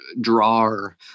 drawer